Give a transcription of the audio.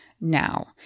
Now